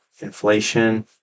inflation